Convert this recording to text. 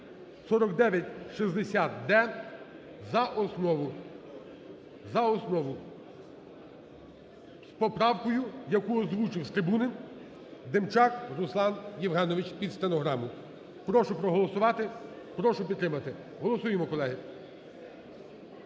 основу. За основу з поправкою, яку озвучив з трибуни Демчак Руслан Євгенович під стенограму. Прошу проголосувати, прошу підтримати. Голосуємо, колеги.